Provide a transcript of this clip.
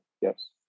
Yes